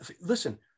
Listen